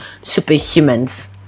superhumans